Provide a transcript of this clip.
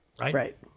right